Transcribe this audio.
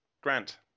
Grant